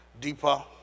deeper